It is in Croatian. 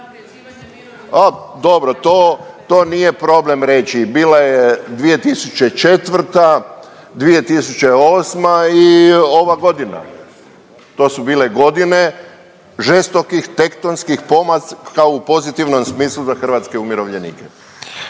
dobro to, to nije problem reći, bila je 2004., 2008. i ova godina. To su bile godine žestokih tektonskih pomaka u pozitivnom smislu za hrvatske umirovljenike.